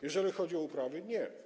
Jeżeli chodzi o uprawy, to nie.